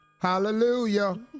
Hallelujah